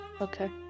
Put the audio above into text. Okay